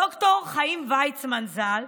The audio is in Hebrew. ד"ר חיים ויצמן ז"ל,